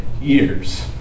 years